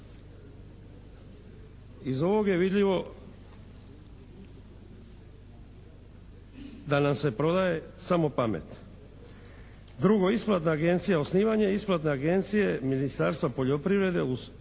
Iz ovog je vidljivo da nam se prodaje samo pamet. Drugo, isplata agencija osnivanje, isplata agencije Ministarstva poljoprivrede uključujući